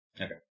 Okay